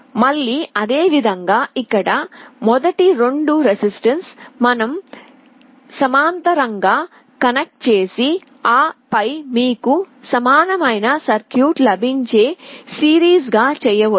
మళ్ళీ అదేవిధంగా ఇక్కడ మొదటి 2 రెసిస్టెన్సులు మనం సమాంతరంగా కనెక్ట్ చేసి ఆ పై మీకు సమానమైన సర్క్యూట్ లభించే సిరీస్ గా చేయవచ్చు